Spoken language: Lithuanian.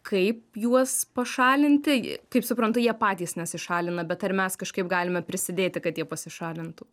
kaip juos pašalinti kaip suprantu jie patys nesišalina bet ar mes kažkaip galime prisidėti kad jie pasišalintų